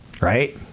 Right